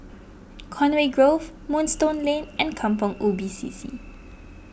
Conway Grove Moonstone Lane and Kampong Ubi C C